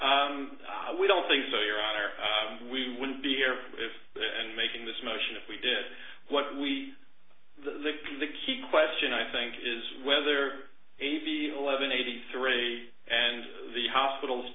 we don't think so your honor we wouldn't be here if in making this motion if we did what we the the key question i think is whether a v eleven eighty three and the hospitals